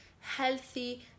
healthy